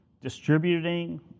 distributing